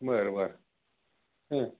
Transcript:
बरं बरं हं